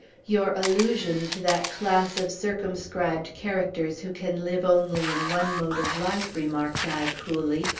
your allusion to that class of circumscribed characters who can live only in one mode of life, remarked i coolly,